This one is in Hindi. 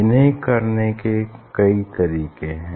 इन्हें करने के कई तरीके हैं